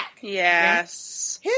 Yes